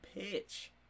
pitch